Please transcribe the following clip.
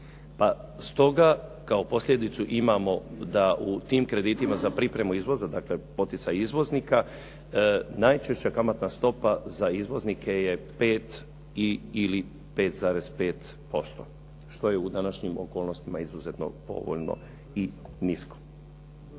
Pa stoga kao posljedicu imamo da u tim kreditima za pripremu izvoza dakle poticaj izvoznika, najčešća kamatna stopa za izvoznike je 5 ili 5,5% što je u današnjim okolnostima izuzetno povoljno i nisko.